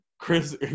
Chris